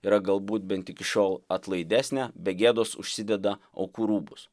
yra galbūt bent iki šiol atlaidesnė be gėdos užsideda aukų rūbus